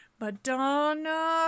Madonna